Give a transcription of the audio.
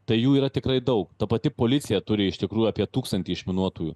tai jų yra tikrai daug ta pati policija turi iš tikrųjų apie tūkstantį išminuotojų